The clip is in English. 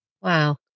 Wow